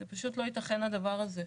זה פשוט לא יתכן הדבר הזה.